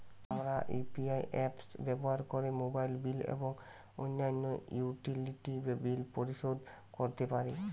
আমরা UPI apps ব্যবহার করে মোবাইল বিল এবং অন্যান্য ইউটিলিটি বিল পরিশোধ করতে পারি